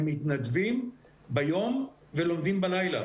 הם מתנדבים ביום ולומדים בלילה.